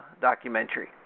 documentary